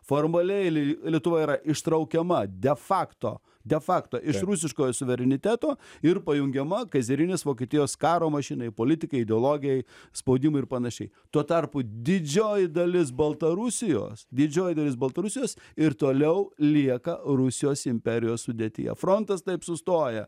formaliai li lietuva yra ištraukiama de facto de facto iš rusiškojo suvereniteto ir pajungiama kaizerinės vokietijos karo mašinai politikai ideologijai spaudimui ir panašiai tuo tarpu didžioji dalis baltarusijos didžioji dalis baltarusijos ir toliau lieka rusijos imperijos sudėtyje frontas taip sustoja